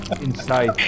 inside